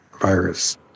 virus